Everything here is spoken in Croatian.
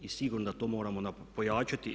I sigurno da to moramo pojačati.